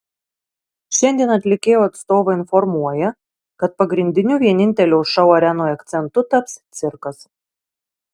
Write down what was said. šiandien atlikėjo atstovai informuoja kad pagrindiniu vienintelio šou arenoje akcentu taps cirkas